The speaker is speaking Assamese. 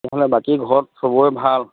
তেনেহ'লে বাকী ঘৰত চবৰে ভাল